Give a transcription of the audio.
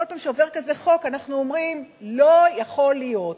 כל פעם שעובר כזה חוק אנחנו אומרים: לא יכול להיות,